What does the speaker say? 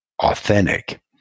authentic